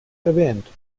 erwähnt